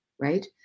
right